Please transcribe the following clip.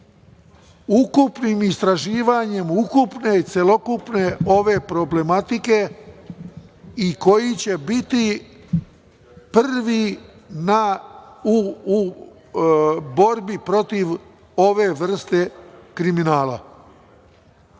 baviti istraživanjem ukupne celokupne ove problematike i koji će biti prvi u borbi protiv ove vrste kriminala. Mislim